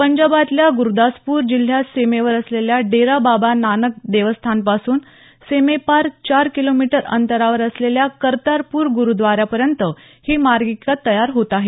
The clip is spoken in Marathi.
पंजाबातल्या गुरदासपूर जिल्ह्यात सीमेवर असलेल्या डेरा बाबा नानक देवस्थानपासून सीमेपार चार किलोमीटर अंतरावर असलेल्या कर्तारपूर गुरुद्वाऱ्यापर्यंत ही मार्गिका तयार होत आहे